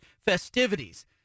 festivities